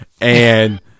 And-